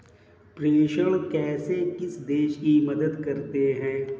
प्रेषण कैसे किसी देश की मदद करते हैं?